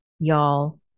Y'all